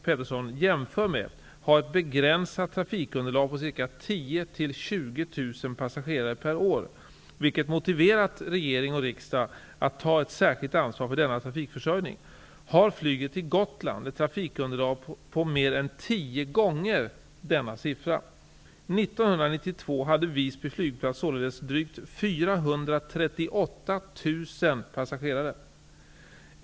Pettersson jämför med har ett begränsat trafikunderlag på ca 10 000--20 000 passagerare per år, vilket motiverat regering och riksdag att ta ett särskilt ansvar för denna trafikförsörjning, har flyget till Gotland ett trafikunderlag på mer än tio gånger denna siffra. 1992 hade Visby flygplats således drygt 438 000 passagerare.